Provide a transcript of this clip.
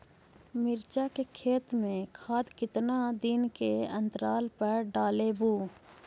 मिरचा के खेत मे खाद कितना दीन के अनतराल पर डालेबु?